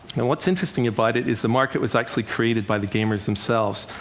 and what's interesting about it is the market was actually created by the gamers themselves.